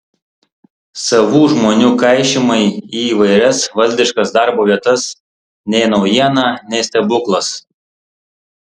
savų žmonių kaišymai į įvairias valdiškas darbo vietas nei naujiena nei stebuklas